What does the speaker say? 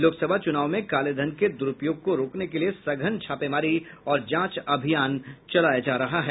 लोक सभा चुनाव में कालेधन के दुरुपयोग को रोकने के लिए सघन छापेमारी और जांच अभियान चलाया जा रहा है